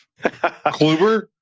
Kluber